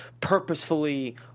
purposefully